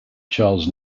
charles